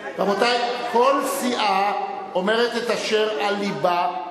רבותי, כל סיעה אומרת את אשר על לבה.